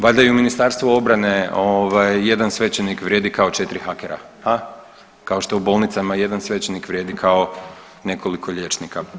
Valjda i u Ministarstvu obrane jedan svećenik vrijedi kao četiri hakera ha, kao što u bolnicama jedan svećenik vrijedi kao nekoliko liječnika.